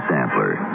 Sampler